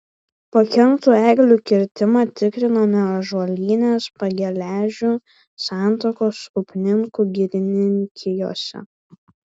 pakenktų eglių kirtimą tikrinome ąžuolynės pageležių santakos upninkų girininkijose